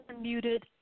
muted